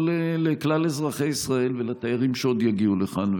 לכלל אזרחי ישראל ולתיירים שעוד יגיעו לכאן,